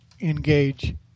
engage